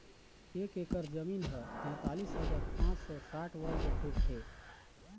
एक एकर जमीन ह तैंतालिस हजार पांच सौ साठ वर्ग फुट हे